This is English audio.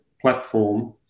platform